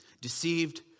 Deceived